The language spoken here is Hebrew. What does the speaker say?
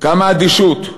כמה אדישות,